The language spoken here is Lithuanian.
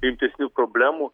rimtesnių problemų